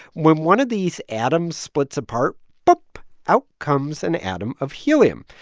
when one of these atom splits apart boop out comes an atom of helium.